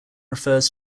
refers